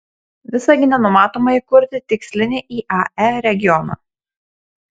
visagine numatoma įkurti tikslinį iae regioną